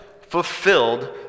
fulfilled